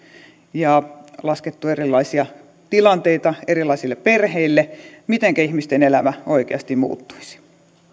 ja laskettu erilaisia tilanteita erilaisille perheille mitenkä ihmisten elämä oikeasti muuttuisi